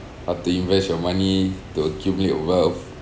how to invest your money to accumulate wealth